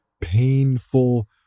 painful